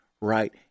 right